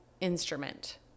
instrument